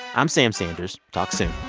i'm sam sanders. talk soon